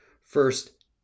first